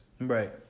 right